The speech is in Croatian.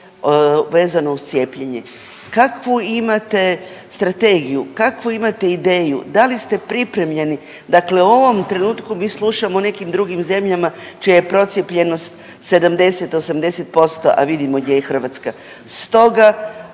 vezano uz cijepljenje, kakvu imate strategiju, kakvu imate ideju, da li ste pripremljeni. Dakle, u ovom mi slušamo u nekim drugim zemljama čija je procijepljenost 70-80%, a vidimo gdje je Hrvatska.